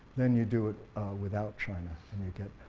then you do it without china and you get